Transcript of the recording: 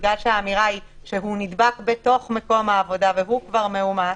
בגלל שהאמירה היא שהוא נדבק בתוך מקום העבודה והוא כבר מאומת,